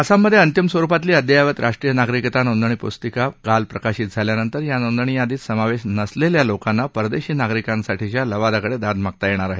आसाममध्ये अंतिम स्वरुपातली अद्ययावत राष्ट्रीय नागरिकता नोंदणी पुस्तिका काल प्रकाशित झाल्यानंतर या नोंदणी यादीत समावेश नसलेल्या लोकांना परदेशी नागरिकांसाठीच्या लवादाकडे दाद मागता येणार आहे